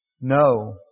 No